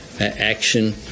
action